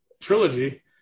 trilogy